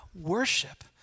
worship